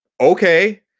Okay